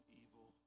evil